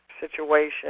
situation